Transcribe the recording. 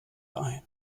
ein